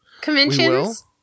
conventions